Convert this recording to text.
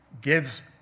gives